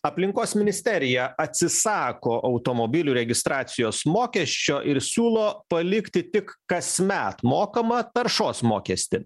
aplinkos ministerija atsisako automobilių registracijos mokesčio ir siūlo palikti tik kasmet mokamą taršos mokestį